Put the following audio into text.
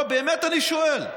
לא, באמת אני שואל: